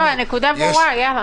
הנקודה ברורה, יאללה.